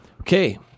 Okay